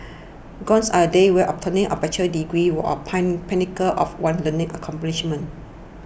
gones are the days when obtaining a bachelor's degree was pinnacle of one's learning accomplishments